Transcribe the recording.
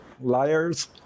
Liars